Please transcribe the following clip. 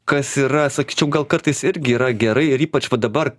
kas yra sakyčiau gal kartais irgi yra gerai ir ypač va dabar